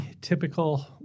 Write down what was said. typical